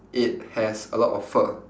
it has a lot of fur